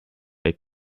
they